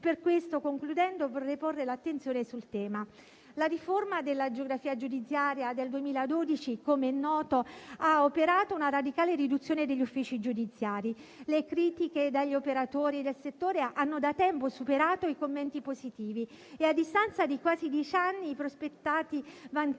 Per questo, concludendo, vorrei porre l'attenzione sul tema. La riforma della geografia giudiziaria del 2012, com'è noto, ha operato una radicale riduzione degli uffici giudiziari. Le critiche degli operatori del settore hanno da tempo superato i commenti positivi e, a distanza di quasi dieci anni, i prospettati vantaggi